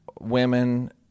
women